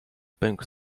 pękł